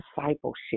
discipleship